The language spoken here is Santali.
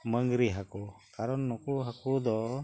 ᱢᱟᱹᱝᱨᱤ ᱦᱟᱹᱠᱩ ᱠᱟᱨᱚᱱ ᱱᱩᱠᱩ ᱦᱟᱹᱠᱩ ᱫᱚ